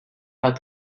pas